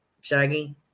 shaggy